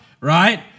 right